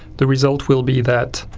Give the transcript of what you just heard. the result will be that